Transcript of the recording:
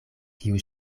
kiu